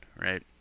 right